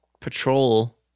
patrol